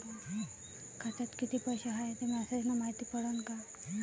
खात्यात किती पैसा हाय ते मेसेज न मायती पडन का?